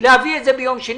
להביא את זה ביום שני.